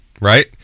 right